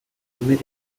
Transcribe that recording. humidity